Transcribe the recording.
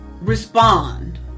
respond